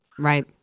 Right